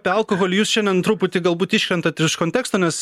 apie alkoholį jūs šiandien truputį galbūt iškrentat iš konteksto nes